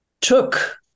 took